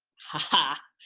ha ha,